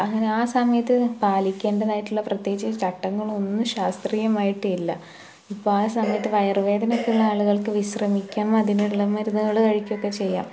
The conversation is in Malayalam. അങ്ങനെയാണ് സമയത്ത് പാലിക്കേണ്ടതായിട്ടുള്ള പ്രത്യേകിച്ച് ചട്ടങ്ങളൊന്നും ശാസ്ത്രീയമായിട്ടില്ല ഇപ്പം ആ സമയത്ത് വയറുവേദനയൊക്കെയുള്ള ആളുകള്ക്ക് വിശ്രമിക്കാം അതിനുള്ള മരുന്നുകൾ കഴിക്കുകയൊക്കെ ചെയ്യാം